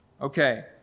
Okay